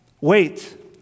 Wait